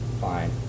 fine